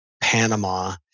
Panama